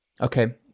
Okay